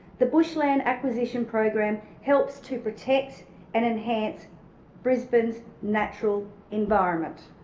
the bushland acquisition program helps to protect and enhance brisbane's natural environment.